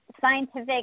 scientific